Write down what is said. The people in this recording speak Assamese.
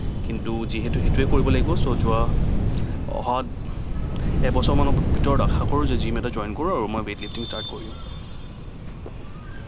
কিন্তু যিহেতু সেইটোয়েই কৰিব লাগিব ছ' যোৱা অহা এবছৰমানৰ ভিতৰত আশা কৰোঁ যে জিম এটা জইন কৰোঁ আৰু মই ৱেইটলিফ্টিং ষ্টাৰ্ট কৰিম